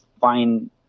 fine